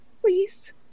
Please